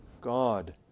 God